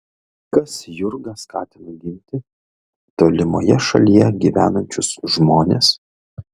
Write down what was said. kas jurgą skatino ginti tolimoje šalyje gyvenančius žmones